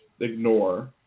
ignore